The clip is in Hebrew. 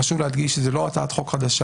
חשוב להדגיש שזו לא הצעת חוק חדשה.